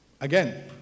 again